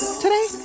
today